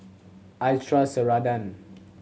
I trust Ceradan